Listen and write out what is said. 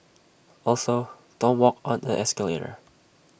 also don't walk on A escalator